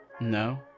No